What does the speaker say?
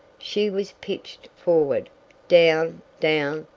she was pitched forward down, down,